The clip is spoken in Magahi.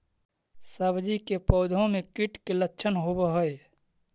सब्जी के पौधो मे कीट के लच्छन होबहय?